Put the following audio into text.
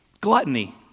Gluttony